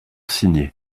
signé